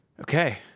okay